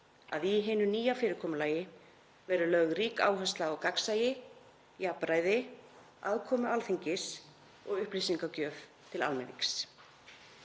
að í hinu nýja fyrirkomulagi verði lögð rík áhersla á gagnsæi, jafnræði, aðkomu Alþingis og upplýsingagjöf til almennings.